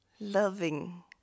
loving